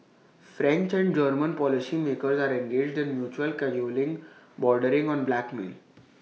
French and German policymakers are engaged in mutual cajoling bordering on blackmail